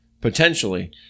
potentially